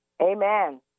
amen